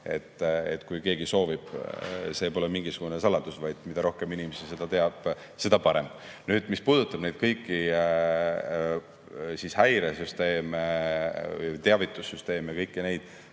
kui keegi soovib, see pole mingisugune saladus, vaid mida rohkem inimesi seda teab, seda parem. Nüüd, mis puudutab neid kõiki häiresüsteeme, teavitussüsteeme ja kõiki neid,